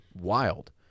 wild